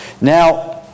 Now